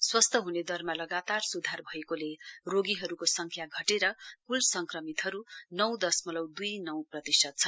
स्वस्थ हुने दरमा लगातार सुधार भएकोले रोगीहरूको संख्या घटेर क्ल संक्रमितहरू नौ दशमलउ द्ई नौ प्रतिशत छन्